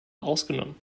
ausgenommen